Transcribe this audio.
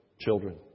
children